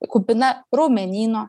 kupina raumenyno